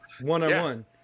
one-on-one